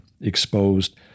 exposed